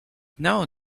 know